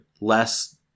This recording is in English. Less